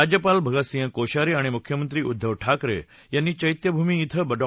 राज्यपाल भगत सिंग कोश्यारी आणि मुख्यमंत्री उद्वव ठाकरे यांनी चैत्यभूमी इथं डॉ